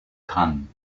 kann